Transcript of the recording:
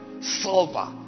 silver